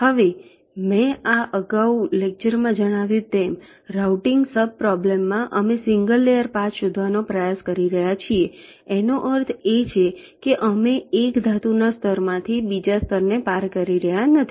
હવે મેં આ અગાઉ જણાવ્યું તેમ રાઉટીંગ સબ પ્રોબ્લેમમાં અમે સિંગલ લેયર પાથ શોધવાનો પ્રયાસ કરી રહ્યા છીએ તેનો અર્થ એ છે કે અમે એક ધાતુના સ્તરમાંથી બીજા સ્તરને પાર કરી રહ્યા નથી